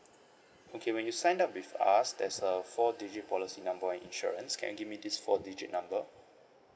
okay when you sign up with us there's a four digit policy number on your insurance can give me this four digit number